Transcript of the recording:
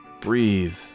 Breathe